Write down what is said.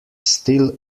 still